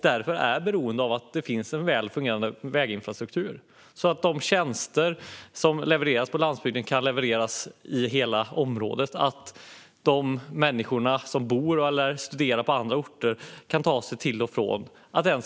De är beroende av en väl fungerande väginfrastruktur så att de tjänster som behöver levereras kan levereras i hela området. Även de människor som bor eller studerar på andra orter måste kunna ta sig hit.